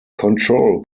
control